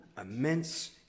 immense